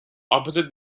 opposite